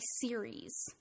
series